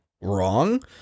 wrong